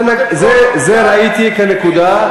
את זה ראיתי כנקודה,